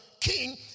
king